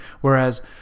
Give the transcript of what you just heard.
Whereas